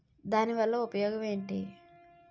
దాని వల్ల ఉపయోగం ఎంటి?